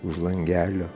už langelio